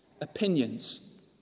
opinions